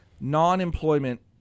non-employment